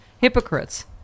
hypocrites